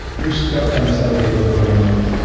you're stuck on the side of the road going nowhere.